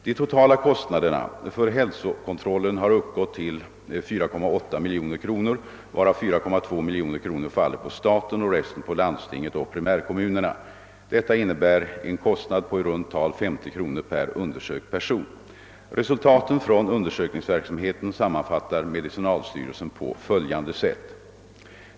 De totala kostnaderna för hälsokontrollen har uppgått till 4,8 milj.kr.nor, varav 4,2 milj.kr.nor faller på staten och resten på landstinget och primärkommuner. Detta innebär en kostnad på i runt tal 50 kronor per undersökt person. Resultaten från försöksverksamheten sammanfattar medicinalstyrelsen på följande sätt.